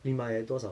你买了多少